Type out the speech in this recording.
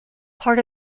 part